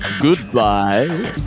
Goodbye